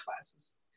classes